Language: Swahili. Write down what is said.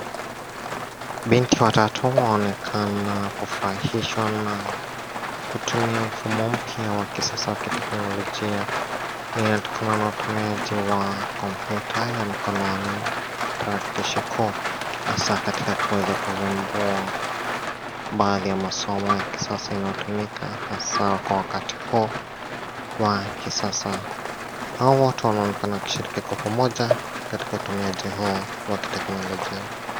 Binti watatu waonekana kufurahishwa na kutumia mfumo mpya wa kisasa wa kiteknolojia. Hii inatokana na utumiaji wa kompyuta ya mkononi tarakilishi kuu hasa katika kuweza kuvumbua baadhi ya masomo ya kisasa inayotumika hasaa kwa wakati huu wa kisasa. Hawa watu wanaonekana wakishiriki kwa pamoja katika utumiaji huu wa kiteknolojia.